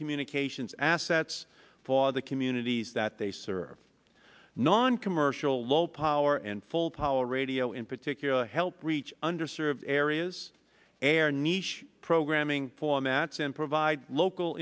communications assets for the communities that they serve noncommercial low power and full power radio in particular help reach under served areas air neech programming formats and provide local